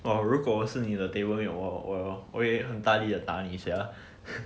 !wah! 如果我是你的 table mate 我我我会很大力的打你 sia